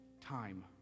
time